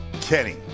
Kenny